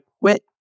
quit